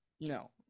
No